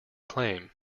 claim